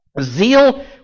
Zeal